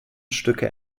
stücke